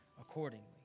accordingly